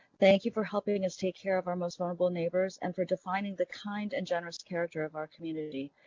thank you for helping us take care of our most vulnerable neighbors and for defining the kind and generous character of our community.